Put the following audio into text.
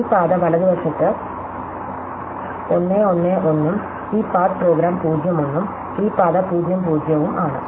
ഈ പാത വലതുവശത്ത് ഈ പാത 1 1 1 ഉം ഈ പാത്ത് പ്രോഗ്രാം 0 1 ഉം ഈ പാത 0 0 ഉം ആണ്